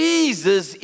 Jesus